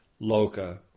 Loka